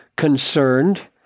concerned